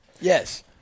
Yes